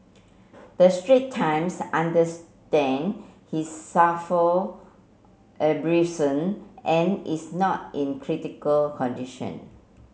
the Straits Times understand he suffer abrasion and is not in critical condition